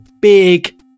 Big